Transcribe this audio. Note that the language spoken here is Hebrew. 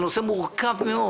הוא נושא מורכב מאוד.